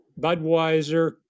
Budweiser